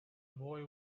boy